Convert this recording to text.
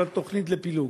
אלא לתוכנית לפילוג.